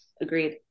Agreed